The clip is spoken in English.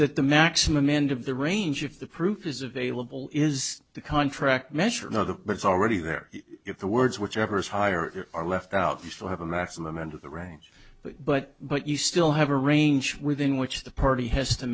that the maximum end of the range of the proof is available is the contract measure no the it's already there if the words whichever is higher are left out you still have a maximum end of the range but but but you still have a range within which the party has to